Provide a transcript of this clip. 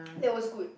that was good